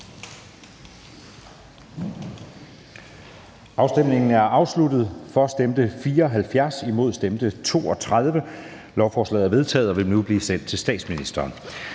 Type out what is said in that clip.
Mathiesen (UFG)), hverken for eller imod stemte 0. Lovforslaget er vedtaget og vil nu blive sendt til statsministeren.